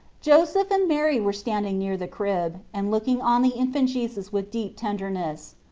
joseph and mary were standing near the crib, and looking on the infant jesus with deep tenderness.